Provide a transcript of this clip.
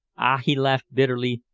ah! he laughed bitterly.